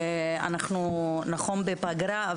אנחנו נכון בפגרה,